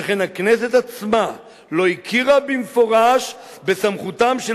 שכן הכנסת עצמה לא הכירה במפורש בסמכותם של